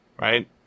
right